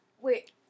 wait